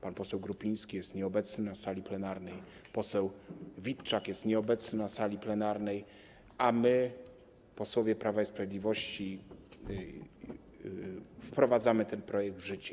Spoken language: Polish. Pan poseł Grupiński jest nieobecny na sali plenarnej, poseł Witczak jest nieobecny na sali plenarnej, a my, posłowie Prawa i Sprawiedliwości, wprowadzamy ten projekt w życie.